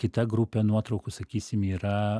kita grupė nuotraukų sakysim yra